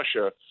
Russia